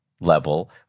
level